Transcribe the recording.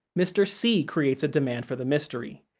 mr. c creates a demand for the mystery.